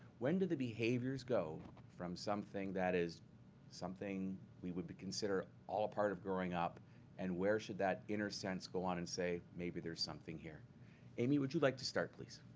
when do the behaviours go from something that is something we would consider all a part of growing up and where should that inner sense go on and say, maybe there's something here amy, would you like to start, please?